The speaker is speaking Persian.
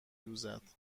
دوزد